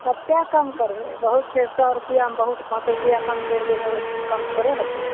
कतेक कम करबै बहुत छै सए रुपयामे बहुत पॉंच रुपैआ कम कैरि देबै ओहिसे कम थोड़े होतै